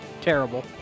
terrible